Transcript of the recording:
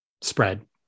spread